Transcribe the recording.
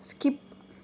skip